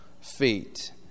feet